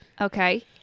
Okay